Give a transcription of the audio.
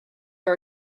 are